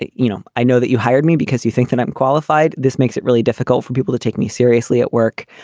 you know, i know that you hired me because you think that i'm qualified. this makes it really difficult for people to take me seriously at work.